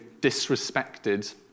disrespected